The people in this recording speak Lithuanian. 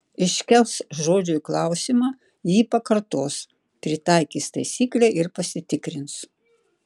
iškels žodžiui klausimą jį pakartos pritaikys taisyklę ir pasitikrins